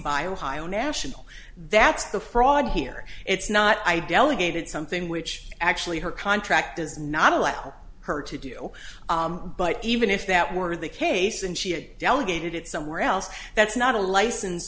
by ohio national that's the fraud here it's not i delegated something which actually her contract does not allow her to do but even if that were the case and she had delegated it somewhere else that's not a license